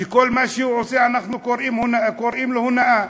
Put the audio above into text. שכל מה שהוא עושה אנחנו קוראים לו הונאה.